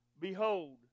behold